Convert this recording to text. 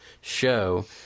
show